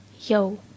Yo